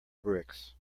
bricks